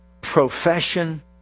profession